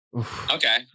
Okay